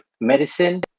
medicine